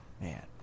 man